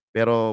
Pero